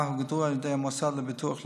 הוגדרו על ידי המוסד לביטוח לאומי,